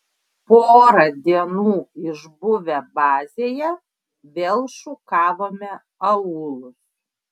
porą dienų išbuvę bazėje vėl šukavome aūlus